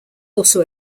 also